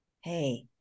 hey